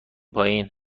پایین